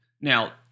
now